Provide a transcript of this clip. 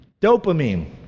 Dopamine